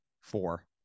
four